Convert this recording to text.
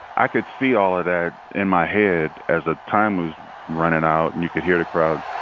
i could see all of that in my head as the time was running out. and you could hear the crowd